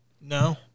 No